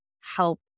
help